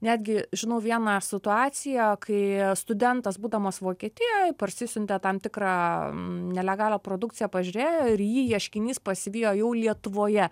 netgi žinau vieną situaciją kai studentas būdamas vokietijoj parsisiuntė tam tikrą nelegalią produkciją pažiūrėjo ir jį ieškinys pasivijo jau lietuvoje